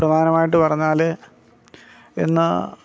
പ്രധാനമായിട്ട് പറഞ്ഞാൽ ഇന്ന്